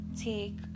take